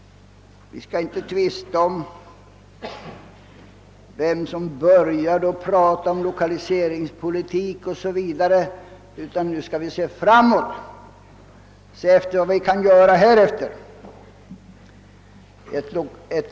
Vi behöver inte tvista om vem som började tala om lokaliseringspolitik o. s. v., utan det gäller att se framåt och bedöma vad som kan göras härefter.